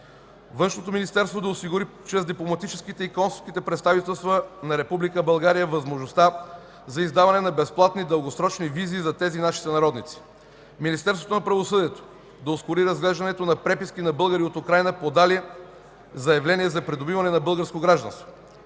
Външното министерство да осигури чрез дипломатическите и консулските представителства на Република България възможността за издаване на безплатни дългосрочни визи за тези наши сънародници. Министерството на правосъдието да ускори разглеждането на преписки на българи от Украйна, подали заявления за придобиване на българско гражданство.